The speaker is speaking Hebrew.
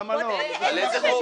--- על איזה חוב?